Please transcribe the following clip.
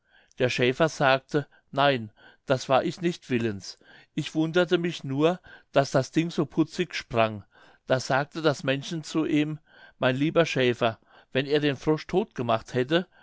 der schäfer sagte nein das war ich nicht willens ich wunderte mich nur daß das ding so putzig sprang da sagte das männchen zu ihm mein lieber schäfer wenn er den frosch todt gemacht hätte